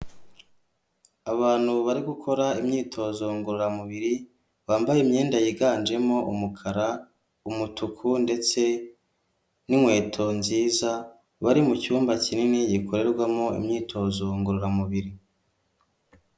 Abantu bari gukora imyitozo ngororamubiri bambaye imyenda yiganjemo umukara, umutuku, ndetse n'inkweto nziza bari mucyumba kinini gikorerwamo imyitozo ngororamubiri.